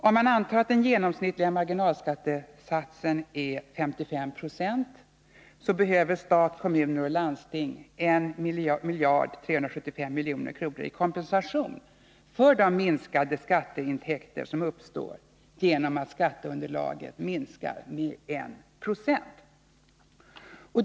Om man antar att den genomsnittliga marginalskattesatsen är 55 96, behöver stat, kommuner och landsting 1375 milj.kr. i kompensation för de minskade skatteintäkter som uppkommer genom att skatteunderlaget minskar med 196.